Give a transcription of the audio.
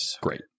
great